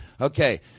Okay